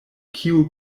kiu